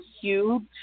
huge